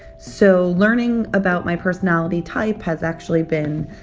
so learning about my personality type has actually been,